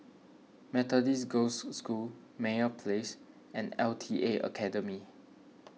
Methodist Girls' School Meyer Place and L T A Academy